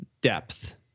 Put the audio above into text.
depth